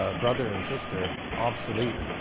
ah brother and sister obsolete